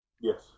Yes